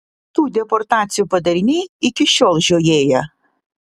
tų deportacijų padariniai iki šiol žiojėja